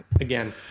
Again